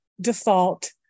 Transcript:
default